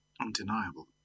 undeniable